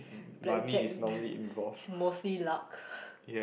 black Jack is mostly luck